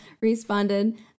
Responded